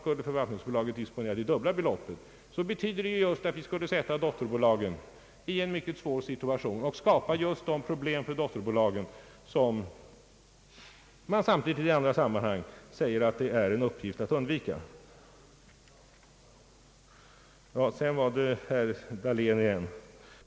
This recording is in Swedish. Skulle förvaltningsbolaget disponera ytterligare ett lika stort belopp, måste det betyda att vi sätter dotterbolagen i en mycket svår situation och skapar de problem för dotterbolagen som man samtidigt i andra sammanhang säger att det är viktigt att undvika. Jag vill ytterligare bemöta vad herr Dahlén sagt.